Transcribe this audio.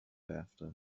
after